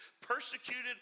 persecuted